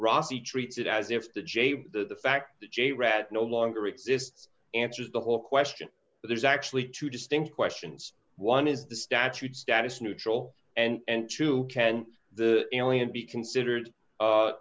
he treats it as if the j the fact that j rad no longer exists answers the whole question there's actually two distinct questions one is the statute status neutral and two can the alien be considered